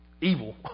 Evil